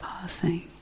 Passing